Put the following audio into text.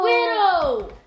Widow